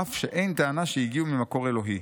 אף שאין טענה שהגיעו ממקור אלוהי.